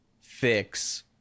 fix